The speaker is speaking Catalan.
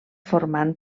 formant